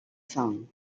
song